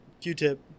Q-tip